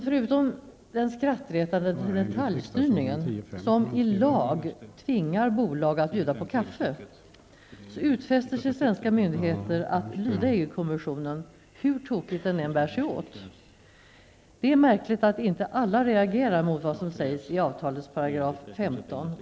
Förutom den skrattretande detaljstyrningen, som i lag tvingar bolag att bjuda på kaffe, utfäster sig svenska myndigheter att lyda EG-kommissionen hur tokigt den än bär sig åt. Det är märkligt att inte alla reagerar mot vad som sägs i avtalets 15 §.